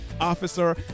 officer